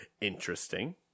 Interesting